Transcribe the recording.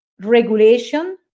regulation